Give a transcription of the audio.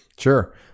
Sure